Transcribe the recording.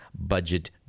budget